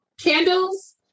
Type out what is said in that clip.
candles